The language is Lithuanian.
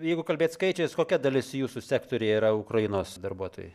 jeigu kalbėt skaičiais kokia dalis jūsų sektoriuje yra ukrainos darbuotojai